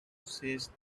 says